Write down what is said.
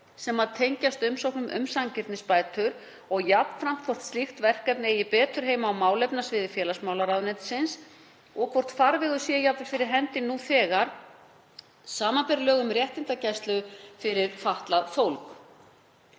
sem tengjast umsóknum um sanngirnisbætur og jafnframt hvort slík verkefni eigi betur heima á málefnasviði félagsmálaráðuneytisins, og hvort farvegur sé jafnvel fyrir hendi nú þegar, sbr. lög um réttindagæslu fyrir fatlað fólk,